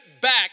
back